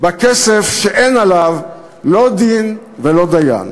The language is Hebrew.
בכסף שאין לגביו לא דין ולא דיין.